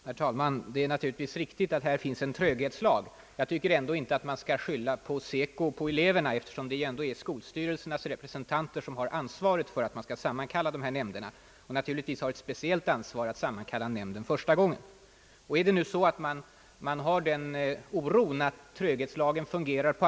Herr talman! Fru Hamrin-Thorell har frågat om det är min mening att sådana deltidskurser, som avser att ge kunskaper i att sköta hem och familj är att betrakta som hobbykurser eller som yrkesutbildning av speciell karaktär och att sådana kurser bör finnas inom den lokala gymnasiala vuxenutbildningen.